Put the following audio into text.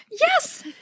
Yes